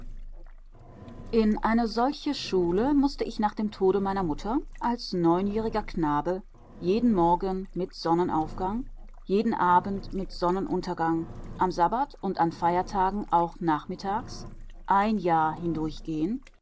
in eine solche schule mußte ich nach dem tode meiner mutter als neunjähriger knabe jeden morgen mit sonnenaufgang jeden abend mit sonnenuntergang am sabbat und an feiertagen auch nachmittags ein jahr hindurch